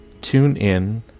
TuneIn